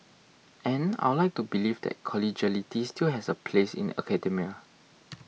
and I'd like to believe that collegiality still has a place in academia